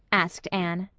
asked anne.